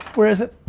where is it?